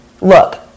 Look